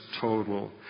total